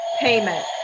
payment